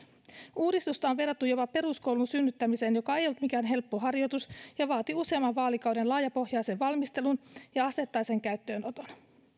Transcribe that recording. uudistusta on verrattu jopa peruskoulun synnyttämiseen joka ei ollut mikään helppo harjoitus ja vaati useamman vaalikauden laajapohjaisen valmistelun ja asteittaisen käyttöönoton